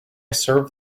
serve